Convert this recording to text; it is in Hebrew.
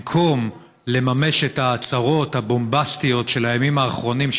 במקום לממש את ההצהרות הבומבסטיות של הימים האחרונים,